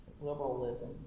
liberalism